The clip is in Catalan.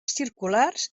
circulars